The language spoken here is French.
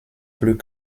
plus